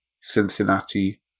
Cincinnati